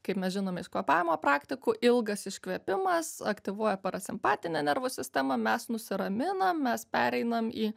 kaip mes žinome iš kvėpavimo praktikų ilgas iškvėpimas aktyvuoja parasimpatinę nervų sistemą mes nusiraminam mes pereinam į